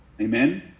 Amen